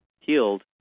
healed